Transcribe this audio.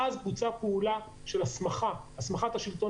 ואז בוצעה פעולה של הסמכת השלטון